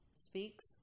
speaks